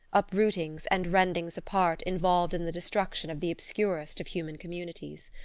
uprootings and rendings apart involved in the destruction of the obscurest of human communities.